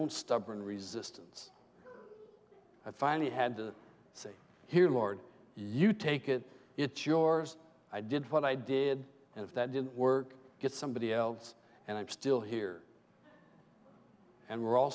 own stubborn resistance i finally had to say here lord you take it it's yours i did what i did and if that didn't work get somebody else and i'm still here and we're all